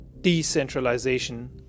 decentralization